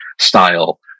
style